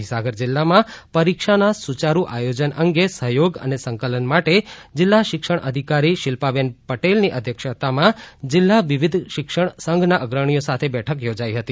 મહીસાગર જિલ્લામાં પરીક્ષાના સુયારૂ આયોજન અંગે સહયોગ અને સંકલન માટે જિલ્લા શિક્ષણાધિકારી શિલ્પાબેન પટેલની અધ્યક્ષતામાં જિલ્લા વિવિધ શિક્ષણ સંઘના અગ્રણીઓ સાથે બેઠક થોજાઇ હતી